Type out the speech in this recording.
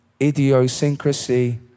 idiosyncrasy